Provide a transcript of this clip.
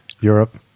Europe